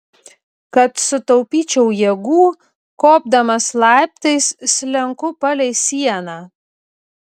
kad sutaupyčiau jėgų kopdamas laiptais slenku palei sieną